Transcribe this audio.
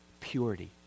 purity